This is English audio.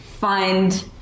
find